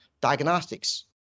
diagnostics